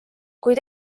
kuid